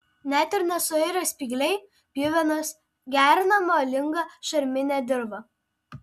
net ir nesuirę spygliai pjuvenos gerina molingą šarminę dirvą